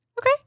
Okay